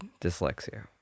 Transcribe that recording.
dyslexia